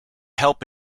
help